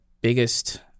biggest